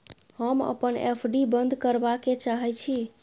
हम अपन एफ.डी बंद करबा के चाहे छी